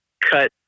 cut